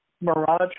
Mirage